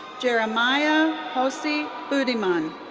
jeremiah hosea budiman.